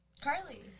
Carly